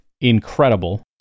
incredible